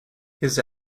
his